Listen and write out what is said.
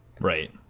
Right